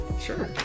Sure